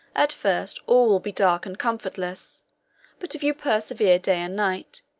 at first, all will be dark and comfortless but if you persevere day and night,